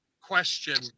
question